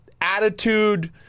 attitude